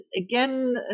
again